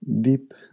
Deep